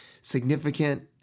significant